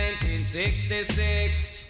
1966